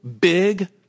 big